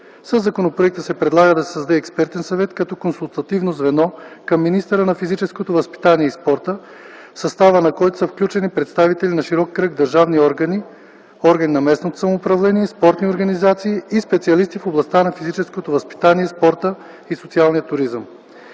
Със законопроекта се предлага да се създаде експертен съвет като консултативно звено към министъра на физическото възпитание и спорта, в състава на който са включени представители на широк кръг държавни органи, органи на местното самоуправление, спортни организации и специалисти в областта на физическото възпитание, спорта и социалния туризъм.